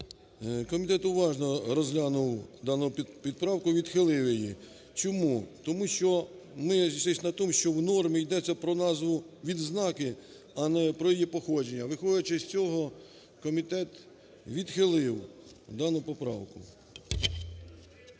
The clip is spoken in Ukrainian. Комітет уважно розглянув дану поправку і відхилив її. Чому? Тому що ми зійшлись на тому, що в нормі йдеться про назву відзнаки, а не про її походження. Виходячи з цього, комітет відхилив дану поправку.